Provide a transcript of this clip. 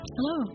Hello